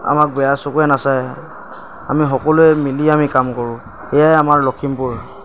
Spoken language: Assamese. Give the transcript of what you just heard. আমাক বেয়া চকুৰে নাচায় আমি সকলোৱে মিলি আমি কাম কৰোঁ এয়াই আমাৰ লখিমপুৰ